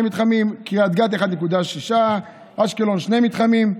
מתחמים, קריית גת, 1.6, אשקלון, שני מתחמים,